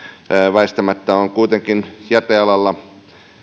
väistämättä on kuitenkin jätealalla